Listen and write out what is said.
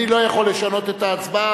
אני לא יכול לשנות את ההצבעה,